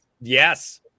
Yes